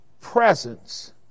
presence